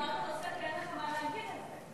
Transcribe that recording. החלפת נושא כי אין לך מה להגיד על זה.